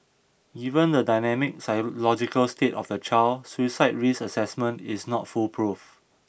given the dynamic psychological state of the child suicide risk assessment is not foolproof